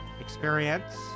experience